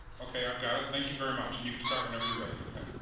ok. i've got it thank you very much. and you can start whenever you're ready, ok?